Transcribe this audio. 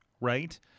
right